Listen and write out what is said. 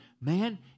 Man